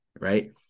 Right